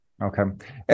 Okay